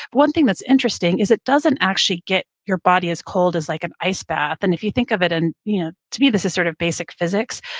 one thing that's interesting is it doesn't actually get your body as cold as like an ice bath. and if you think of it, and yeah to me, this is sort of basic physics,